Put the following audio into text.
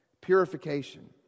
Purification